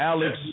Alex